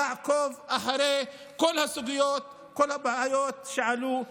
לעקוב אחרי כל הסוגיות וכל הבעיות שעלו.